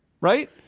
right